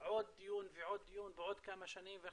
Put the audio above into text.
עוד דיון ועוד דיון ובעוד כמה שנים אנחנו